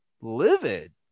livid